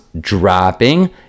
dropping